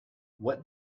what